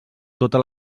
tota